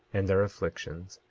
and their afflictions,